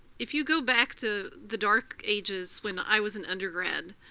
if you go back to the dark ages, when i was an undergrad,